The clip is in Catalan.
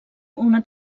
una